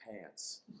pants